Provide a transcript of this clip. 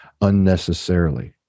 unnecessarily